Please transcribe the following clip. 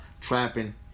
trapping